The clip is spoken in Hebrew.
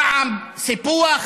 פעם סיפוח,